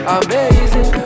amazing